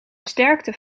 sterkte